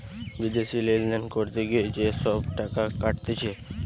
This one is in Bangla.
বিদেশি লেনদেন করতে গিয়ে যে সব টাকা কাটতিছে